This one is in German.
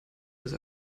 des